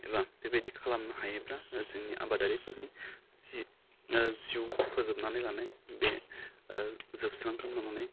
एबा बे बायदि खालामनो हायोब्ला जोंनि आबादारिफोरनि जि जिउ फोजोबनानै लानाय बे जोबस्रांगोन होन्नानै